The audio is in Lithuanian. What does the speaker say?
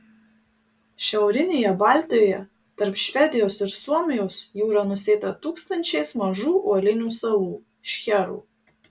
šiaurinėje baltijoje tarp švedijos ir suomijos jūra nusėta tūkstančiais mažų uolinių salų šcherų